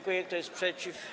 Kto jest przeciw?